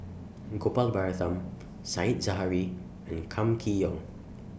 Gopal Baratham Said Zahari and Kam Kee Yong